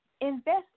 invest